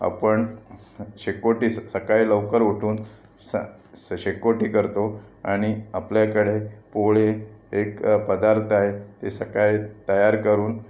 आपण स शेकोटी स सकाळी लवकर उठून स स् शेकोटी करतो आणि आपल्याकडे पोळे एक पदार्थ आहे ते सकाळी तयार करून